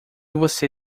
você